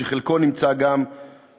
שחלקו גם נמצא בארצות-הברית.